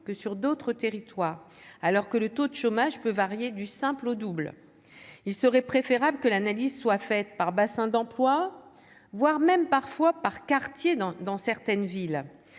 que sur d'autres territoires, alors que le taux de chômage peut varier du simple au double, il serait préférable que l'analyse soit faite par bassin d'emploi, voire même parfois par quartier dans dans certaines villes,